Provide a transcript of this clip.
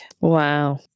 Wow